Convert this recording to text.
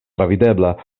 travidebla